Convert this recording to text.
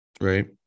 right